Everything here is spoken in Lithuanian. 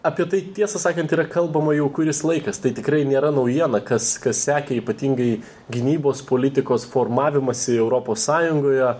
apie tai tiesą sakant yra kalbama jau kuris laikas tai tikrai nėra naujiena kas kas sekė ypatingai gynybos politikos formavimąsi europos sąjungoje